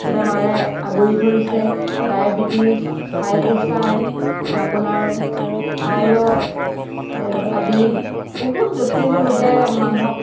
বেমাৰে আগুৰি ধৰিছে ডায়েবেটিছ হাই প্ৰেছাৰ আপোনাৰ থাইৰয়ড আদিৰ বহুত জটিল ৰোগে মানুহক